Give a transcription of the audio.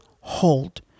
hold